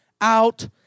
out